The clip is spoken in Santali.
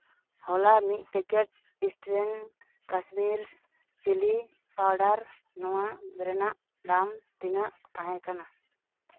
ᱦᱚᱞᱟ ᱢᱤᱫ packet Eastern Kashmir chilli powder ᱱᱚᱣᱟ ᱨᱮᱱᱟᱜ ᱫᱟᱢ ᱛᱤᱱᱟᱹᱜ ᱛᱟᱦᱮᱸ ᱠᱟᱱᱟ